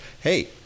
Hey